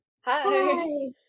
Hi